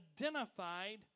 identified